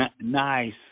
Nice